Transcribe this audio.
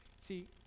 See